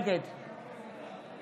נגד